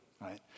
right